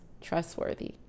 trustworthy